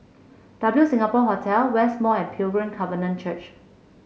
W Singapore Hotel West Mall and Pilgrim Covenant Church